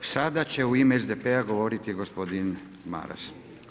Sada će u ime SDP-a govoriti gospodin Maras.